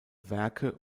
werke